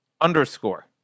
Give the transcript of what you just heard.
underscore